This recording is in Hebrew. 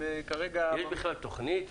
יש בכלל תוכנית?